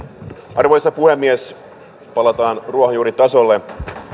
arvoisa puhemies palataan ruohonjuuritasolle